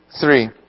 three